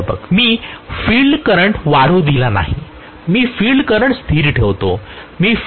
प्राध्यापक मी field current वाढू दिला नाही मी फील्ड करंट स्थीर ठेवतो